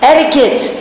Etiquette